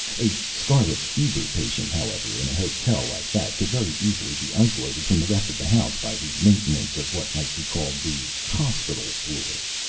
a scarlet-fever patient, however, in a hotel like that could very easily be isolated from the rest of the house by the maintenance of what might be called the hospital floor.